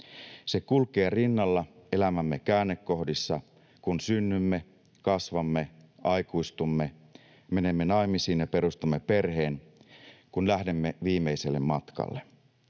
Se kulkee rinnalla elämämme käännekohdissa, kun synnymme, kasvamme, aikuistumme, menemme naimisiin ja perustamme perheen, kun lähdemme viimeiselle matkalle.